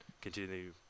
continue